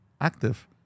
active